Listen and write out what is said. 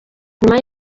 nyuma